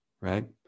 right